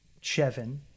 Chevin